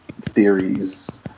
theories